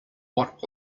what